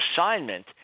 assignment